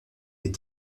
des